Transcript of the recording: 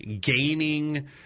gaining